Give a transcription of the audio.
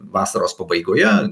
vasaros pabaigoje